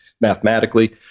mathematically